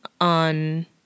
on